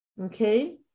Okay